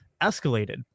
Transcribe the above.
escalated